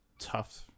tough